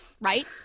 Right